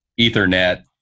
Ethernet